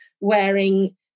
wearing